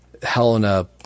Helena